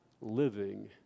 living